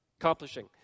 accomplishing